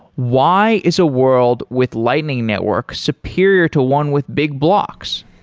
why is a world with lightning network superior to one with big blocks?